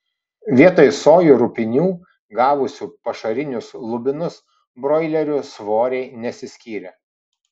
vietoj sojų rupinių gavusių pašarinius lubinus broilerių svoriai nesiskyrė